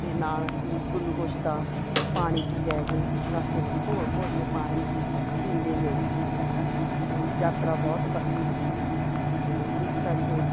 ਅਤੇ ਨਾਲ ਅਸੀਂ ਗੁਲੂਕੋਸ਼ ਦਾ ਪਾਣੀ ਵੀ ਲੈ ਗਏ ਰਸਤੇ ਵਿੱਚ ਘੋਲ ਘੋਲ ਕੇ ਪਾਣੀ ਪੀਂਦੇ ਗਏ ਅਤੇ ਯਾਤਰਾ ਬਹੁਤ ਕਠਿਨ ਸੀਗੀ ਅਤੇ ਇਸ ਕਰਕੇ